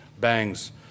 bangs